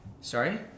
Sorry